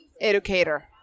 educator